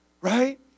Right